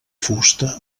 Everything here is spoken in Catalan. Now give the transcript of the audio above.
fusta